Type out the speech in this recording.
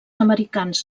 americans